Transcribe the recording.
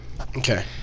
Okay